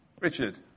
Richard